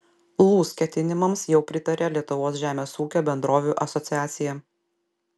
lūs ketinimams jau pritarė lietuvos žemės ūkio bendrovių asociacija